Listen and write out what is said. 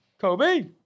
Kobe